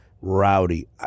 rowdy